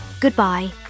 goodbye